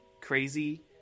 crazy